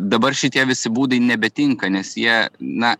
dabar šitie visi būdai nebetinka nes jie na